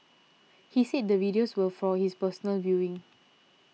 he said the videos were for his personal viewing